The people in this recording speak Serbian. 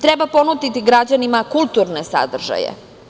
Treba ponuditi građanima kulturne sadržaje.